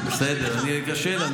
אנחנו מקשיבים לך.